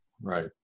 Right